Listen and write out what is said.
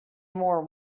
more